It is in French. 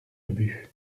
ubu